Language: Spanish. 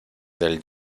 del